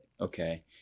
Okay